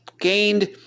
gained